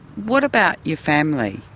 what about your family,